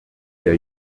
der